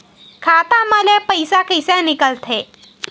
खाता मा ले पईसा कइसे निकल थे?